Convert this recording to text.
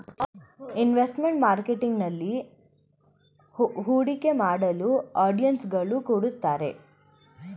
investment marketing ನಲ್ಲಿ ಹೂಡಿಕೆ ಮಾಡಲು ಅಡ್ವೈಸರ್ಸ್ ಗಳು ಕೊಡುತ್ತಾರೆ